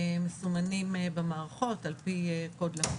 הם מסומנים במערכות על פי קוד,